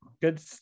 Good